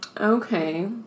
Okay